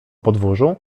podwórzu